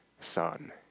son